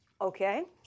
Okay